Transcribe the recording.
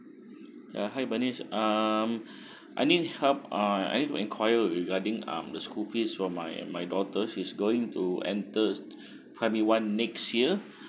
ya hi bernice um I need help uh I need to inquire regarding um the school fees for my my daughter she's going to enter primary one next year